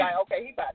okay